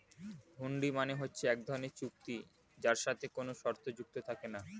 হুন্ডি মানে হচ্ছে এক ধরনের চুক্তি যার সাথে কোনো শর্ত যুক্ত থাকে না